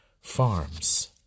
farms